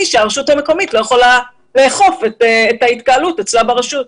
שהרשות המקומית לא יכולה לאכוף את ההתקהלות אצלה ברשות.